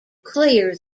clear